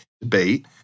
debate